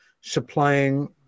supplying